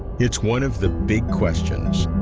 it's one of the big questions,